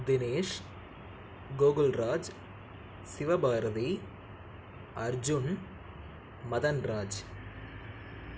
Dinesh Gokulraj Sivabharathi Arjun Madanraj